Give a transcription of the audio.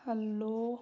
hello